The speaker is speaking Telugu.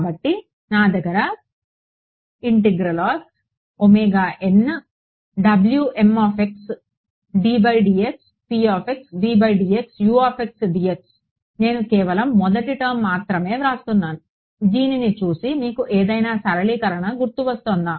కాబట్టి నా దగ్గర నేను కేవలం మొదటి టర్మ్ మాత్రమే రాస్తున్నాను దీనిని చూసి మీకు ఏదైనా సరళీకరణ గుర్తు వస్తోందా